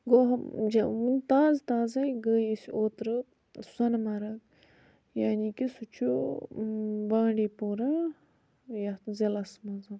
گوٚو وۄنۍ تازٕ تازٔے گٔے أسۍ اوترٕ سۄنہٕ مرٕگ یعنی کہِ سُہ چھُ بانٛڈی پوٗرہ یَتھ ضِلعس مَنٛز